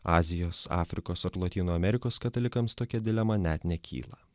azijos afrikos ar lotynų amerikos katalikams tokia dilema net nekyla